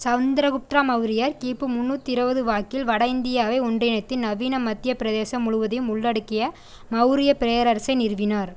சந்திரகுப்த மௌரியர் கி மு முந்நூற்றி இருபது வாக்கில் வட இந்தியாவை ஒன்றிணைத்து நவீன மத்திய பிரதேசம் முழுவதையும் உள்ளடக்கிய மௌரியப் பேரரசை நிறுவினார்